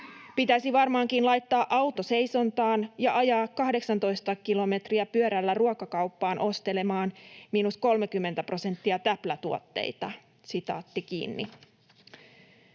Pitäisi varmaankin laittaa auto seisontaan ja ajaa 18 kilometriä pyörällä ruokakauppaan ostelemaan miinus 30 prosentin täplätuotteita.” ”Asumistukeni